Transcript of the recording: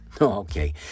Okay